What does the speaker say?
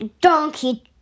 Donkey